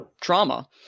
trauma